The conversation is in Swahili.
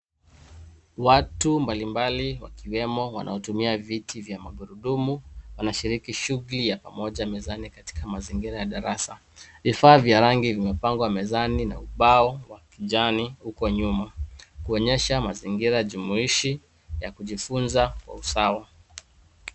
Watu mbalimbali wakiwemo wanaotumia viti vya magurudumu wanashiriki shughuli ya pamoja mezani katika mazingira ya darasa. Vifaa vya rangi vimepangwa mezani na ubao wa kijani uko nyuma, kuonyesha mazingira jumuishi ya kujifunza kwa usawa.